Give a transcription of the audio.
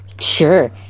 Sure